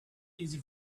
easy